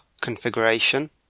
configuration